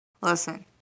Listen